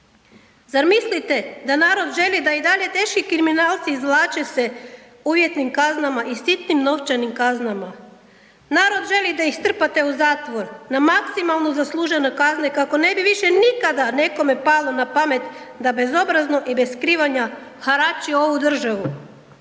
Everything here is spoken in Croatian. Zar mislite da narod želi da i dalje teški kriminalci izvlače se uvjetnim kaznama i sitnim novčanim kaznama? Narod želi da ih strpate u zatvor, na maksimalno zaslužene kazne kako ne bi više nikada nekome palo na pamet da bezobrazno i bez skrivanja harali ovu državu.